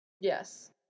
Yes